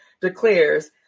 declares